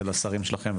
זה לשרים שלכם,